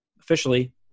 officially